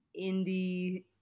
indie